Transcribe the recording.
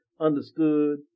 understood